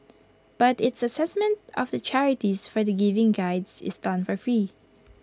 but its Assessment of the charities for the giving Guides is done for free